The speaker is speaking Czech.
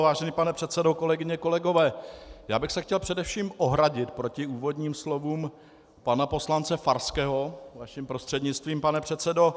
Vážený pane předsedo, kolegyně, kolegové, chtěl bych se především ohradit proti úvodním slovům pana poslance Farského, vaším prostřednictvím, pane předsedo.